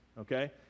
okay